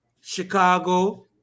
chicago